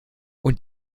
und